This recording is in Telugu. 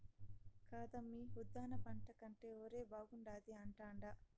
కాదమ్మీ ఉద్దాన పంట కంటే ఒరే బాగుండాది అంటాండా